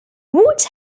what